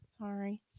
Sorry